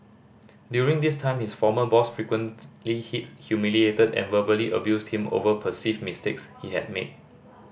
during this time his former boss frequently hit humiliated and verbally abused him over perceived mistakes he had made